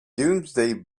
domesday